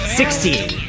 sixteen